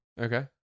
Okay